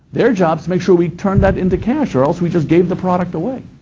their job is to make sure we turn that into cash or else we just gave the product away,